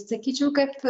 sakyčiau kad